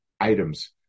items